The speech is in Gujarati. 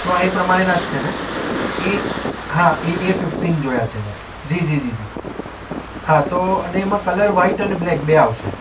તો આ એ પ્રમાણેના જ છે ને હા એ એ ફિફટીન જોયા છે મેં જી જી જી જી હા તો અને એમાં કલર વાઈટ અને બ્લેક બે આવશે